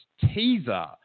teaser